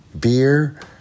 beer